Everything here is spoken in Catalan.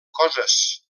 coses